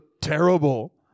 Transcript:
terrible